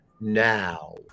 now